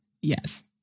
Yes